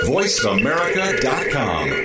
VoiceAmerica.com